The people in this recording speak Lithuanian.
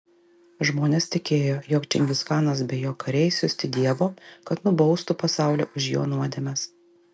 žmonės tikėjo jog čingischanas be jo kariai siųsti dievo kad nubaustų pasaulį už jo nuodėmes